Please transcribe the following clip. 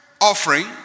offering